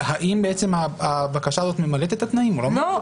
האם הבקשה ממלאת את התנאים או לא.